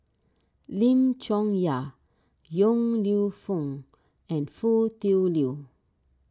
Lim Chong Yah Yong Lew Foong and Foo Tui Liew